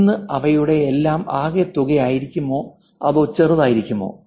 ഇത് അവയുടെയെല്ലാം ആകെത്തുകയായിരിക്കുമോ അതോ ചെറുതായിരിക്കുമോ